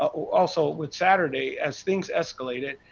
also, with saturday, as things escalated,